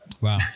Wow